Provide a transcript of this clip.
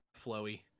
flowy